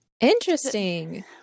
Interesting